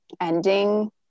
ending